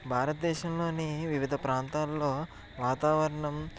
భారత దేశంలోని వివిధ ప్రాంతాల్లో వాతావరణం